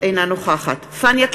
אינה נוכחת פניה קירשנבאום,